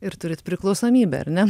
ir turit priklausomybę ar ne